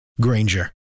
Granger